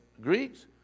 Greeks